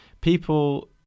people